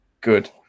good